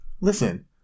listen